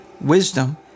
wisdom